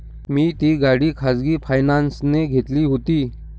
मी ती गाडी खाजगी फायनान्सने घेतली होती